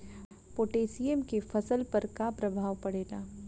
Potassium के फसल पर का प्रभाव पड़ेला?